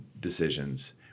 decisions